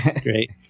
Great